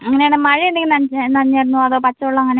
അങ്ങനെ ആണെങ്കിൽ മഴ എന്തെങ്കിലും നനഞ്ഞാ നനഞ്ഞായിരുന്നോ അതോ പച്ചവെള്ളം അങ്ങനെ